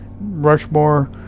Rushmore